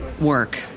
work